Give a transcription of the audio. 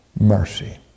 mercy